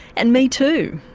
and me too,